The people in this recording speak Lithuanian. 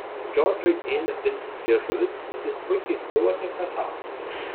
džordžui ėmė pintis liežuvis bet jis puikiai suvokė ką sako